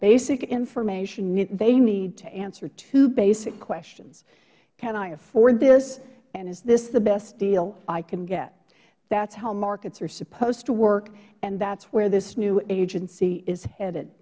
basic information they need to answer two basic questions can i afford this and is this the best deal i can get that is how markets are supposed to work and that is where this new agency is headed